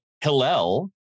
Hillel